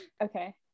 Okay